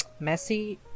Messi